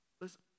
Listen